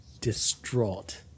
Distraught